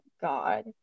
god